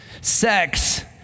Sex